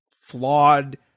flawed